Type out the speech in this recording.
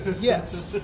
Yes